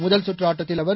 முதல் சுற்று ஆட்டத்தில் அவர்